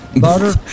Butter